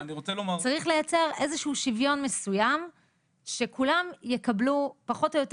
צריך לייצר איזה שהוא שוויון מסוים שכולם יקבלו פחות או יותר